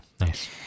nice